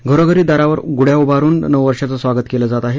घरोघरी दारावर गुढ्या उभारुन नववर्षाचं स्वागत केलं जात आहे